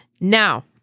Now